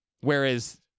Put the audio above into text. Whereas